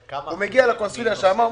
הוא מגיע לשגרירות,